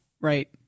right